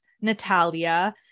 Natalia